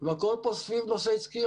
והכול פה סביב נושא עסקי.